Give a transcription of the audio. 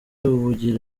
ubugira